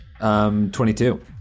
22